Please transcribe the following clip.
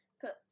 put